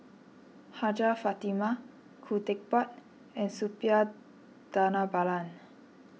Hajjah Fatimah Khoo Teck Puat and Suppiah Dhanabalan